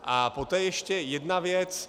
A poté ještě jedna věc.